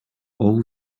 all